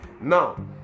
Now